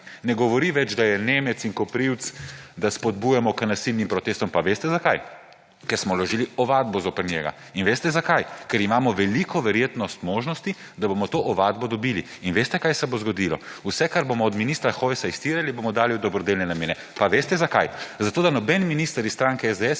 ne govori več tega, da Nemec in Koprivc spodbujata k nasilnim protestom. Pa veste, zakaj? Ker smo vložili ovadbo zoper njega. In veste, zakaj? Ker je velika verjetnost in imamo možnosti, da bomo to ovadbo dobili. In veste, kaj se bo zgodilo? Vse, kar bomo od ministra Hojsa izterjali, bomo dali v dobrodelne namene. Pa veste, zakaj? Zato da si noben minister iz stranke SDS